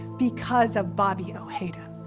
because of bobby ojeda.